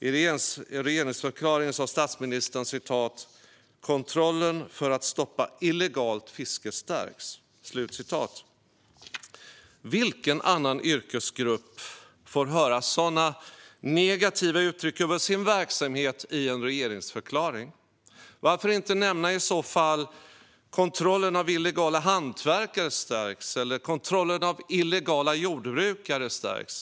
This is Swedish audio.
I regeringsförklaringen sa statsministern: "Kontrollen stärks för att stoppa illegalt fiske." Vilken annan yrkesgrupp får höra sådana negativa uttryck om sin verksamhet i en regeringsförklaring? Varför i så fall inte nämna att kontrollen av illegala hantverkare stärks eller att kontrollen av illegala jordbrukare stärks?